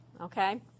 okay